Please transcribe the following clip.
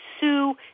sue